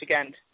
weekend